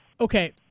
Okay